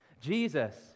Jesus